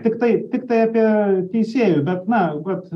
tiktai tiktai apie teisėjų bet na vat